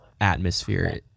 atmosphere